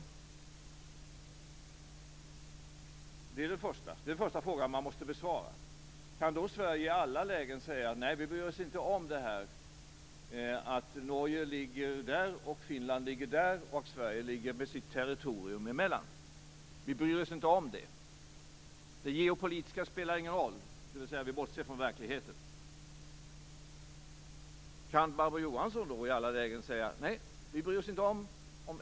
Det är den första frågan man måste besvara. Kan Sverige i alla lägen säga: Nej, vi bryr oss inte om att Norge ligger där och att Finland ligger där och att Sverige med sitt territorium ligger emellan. Vi bryr oss inte om det. Det geopolitiska spelar ingen roll, dvs. vi bortser från verkligheten. Kan Barbro Johansson i alla lägen säga: Nej, vi bryr oss inte om det.